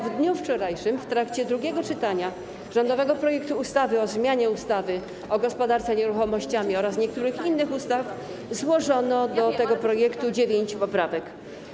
W dniu wczorajszym w trakcie drugiego czytania rządowego projektu ustawy o zmianie ustawy o gospodarce nieruchomościami oraz niektórych innych ustaw złożono do tego projektu dziewięć poprawek.